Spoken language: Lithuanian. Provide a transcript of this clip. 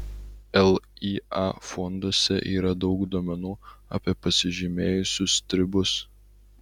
lya fonduose yra daug duomenų apie pasižymėjusius stribus